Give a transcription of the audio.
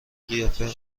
قیافه